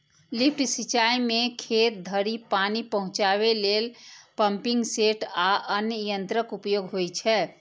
lift सिंचाइ मे खेत धरि पानि पहुंचाबै लेल पंपिंग सेट आ अन्य यंत्रक उपयोग होइ छै